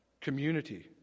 community